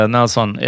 Nelson